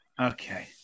okay